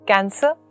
Cancer